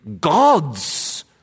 God's